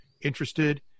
interested